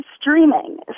streaming